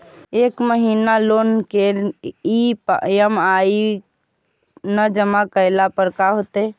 एक महिना लोन के ई.एम.आई न जमा करला पर का होतइ?